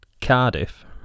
Cardiff